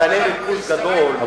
מחנה ריכוז גדול של שנת 2010,